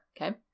Okay